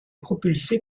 propulsé